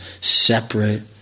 separate